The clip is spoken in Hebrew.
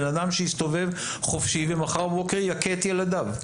בן אדם שיסתובב חופשי ומחר בבוקר יכה את ילדיו.